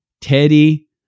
Teddy